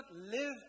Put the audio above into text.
live